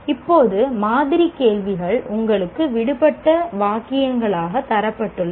இப்போது மாதிரி கேள்விகள் உங்களுக்கு விடுபட்ட வாக்கியங்களாக தரப்பட்டுள்ளன